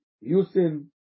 using